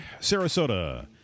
Sarasota